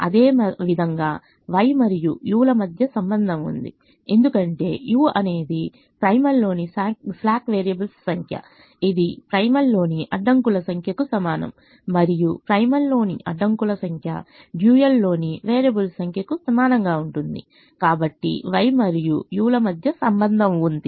అదేవిధంగా Y మరియు U ల మధ్య సంబంధం ఉంది ఎందుకంటే U అనేది ప్రైమల్లోని స్లాక్ వేరియబుల్స్ సంఖ్య ఇది ప్రైమల్లోని అడ్డంకుల సంఖ్యకు సమానం మరియు ప్రైమల్లో ని అడ్డంకుల సంఖ్య డ్యూయల్ లోని వేరియబుల్స్ సంఖ్యకు సమానంగా ఉంటుంది కాబట్టి Y మరియు U ల మధ్య సంబంధం ఉంది